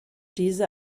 diese